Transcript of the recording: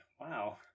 Wow